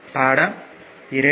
படம் 2